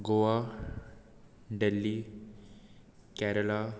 Goa Delhi Kerala